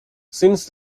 since